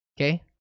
Okay